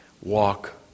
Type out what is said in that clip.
Walk